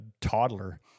toddler